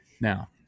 Now